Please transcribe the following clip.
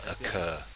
occur